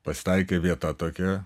pasitaikė vieta tokia